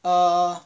err